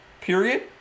Period